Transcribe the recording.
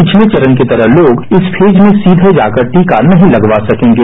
पिछले चरण की तरह लोग फेज में जाकर टीका नहीं लगवा सकेंगे